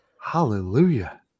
Hallelujah